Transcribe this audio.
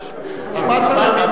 14 ימים.